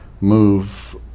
move